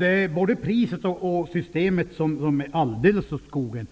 Herr talman! Både priset och systemet är alldeles åt skogen.